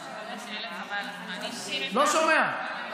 אני לא שומע.